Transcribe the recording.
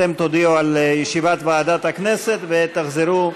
אתם תודיעו על ישיבת ועדת הכנסת ותחזרו.